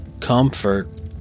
comfort